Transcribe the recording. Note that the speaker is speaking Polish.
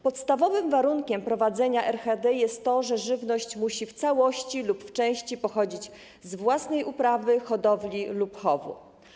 Podstawowym warunkiem prowadzenia RHD jest to, że żywność musi w całości lub w części pochodzić z własnej uprawy, hodowli lub chowu.